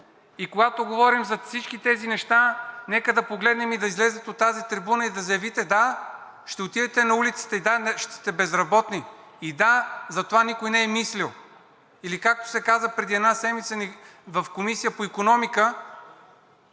И когато говорим за всички тези неща, нека да погледнем и да излязат от тази трибуна и да заявите – да, ще отидете на улицата, и да, ще сте безработни. И, да, за това никой не е мислил. Или както се каза преди една седмица в Комисията по икономиката